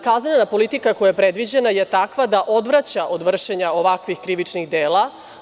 Kaznena politika koja je predviđena je takva da odvraća od vršenja ovakvih krivičnih dela.